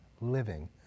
living